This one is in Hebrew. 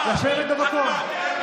לשבת במקום.